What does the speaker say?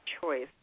choice